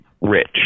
rich